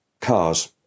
cars